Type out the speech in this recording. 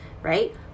right